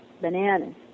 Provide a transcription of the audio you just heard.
bananas